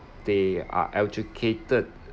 they are educated